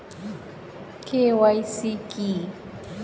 KYC কি?